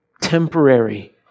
temporary